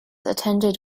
attended